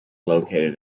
located